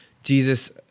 Jesus